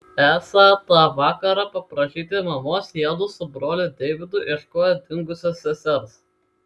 esą tą vakarą paprašyti mamos jiedu su broliu deividu ieškojo dingusios sesers